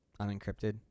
unencrypted